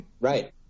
Right